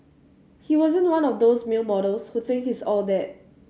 he wasn't one of those male models who think he's all that